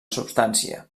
substància